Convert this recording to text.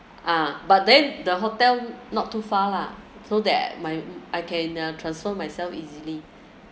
ah but then the hotel not too far lah so that my I can uh transfer myself easily